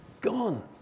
Gone